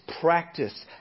practice